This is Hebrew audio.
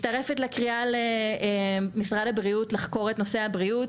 מצטרפת לקריאה למשרד הבריאות לחקור את נושא הבריאות.